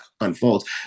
unfolds